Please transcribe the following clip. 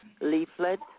leaflet